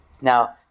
Now